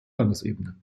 landesebene